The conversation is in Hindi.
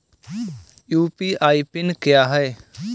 यू.पी.आई पिन क्या है?